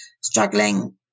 struggling